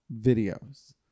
videos